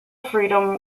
freedom